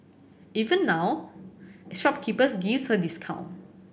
even now shopkeepers give her discount